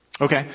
Okay